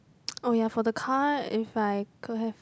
oh ya for the car if I could have